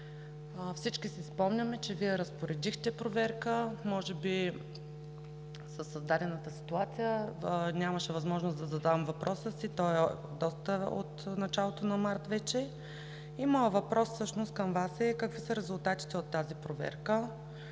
Всички си спомняме, че Вие разпоредихте проверка. В създадената ситуация нямаше възможност да задам въпроса си – той е от началото на март. Моят въпрос към Вас е: какви са резултатите от тази проверка?